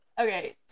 okay